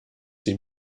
sie